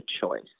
choice